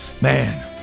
Man